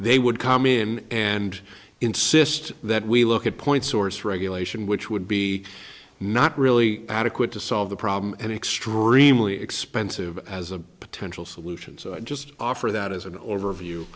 they would come in and insist that we look at point source regulation which would be not really adequate to solve the problem and extremely expensive as a potential solutions just offer that as an overview